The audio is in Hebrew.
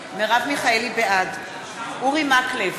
בעד אורי מקלב,